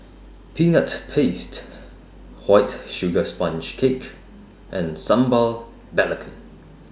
Peanut Paste White Sugar Sponge Cake and Sambal Belacan